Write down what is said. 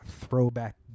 throwback